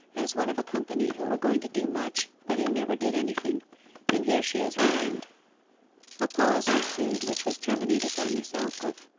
as one of a company who were going to do much, but who never did anything and here she has remained a pause ensued, which was terminated by miss aldclyffe.